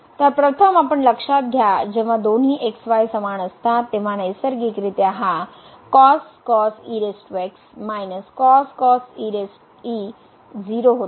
तर प्रथम आपण लक्षात घ्या जेव्हा दोन्ही x y समान असतात तेव्हा नैसर्गिकरित्या हा 0 होता आणि 0 च्या बरोबर असतो